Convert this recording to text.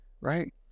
right